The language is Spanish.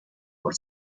por